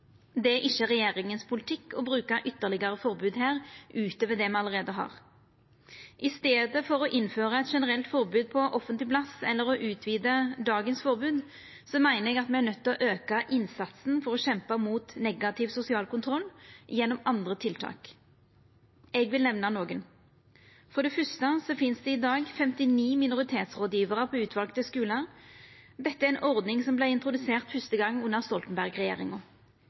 Det er ikkje regjeringas politikk å bruka ytterlegare forbod her, utover det me allereie har. I staden for å innføra eit generelt forbod på offentleg plass eller å utvida dagens forbod meiner eg at me er nøydde til å auka innsatsen for å kjempa mot negativ sosial kontroll gjennom andre tiltak. Eg vil nemna nokre. For det fyrste finst det i dag 59 minoritetsrådgjevarar på utvalde skular. Dette er ei ordning som vart introdusert fyrste gong under